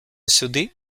сюди